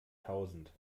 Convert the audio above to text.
tausend